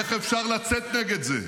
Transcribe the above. איך אפשר לצאת נגד זה?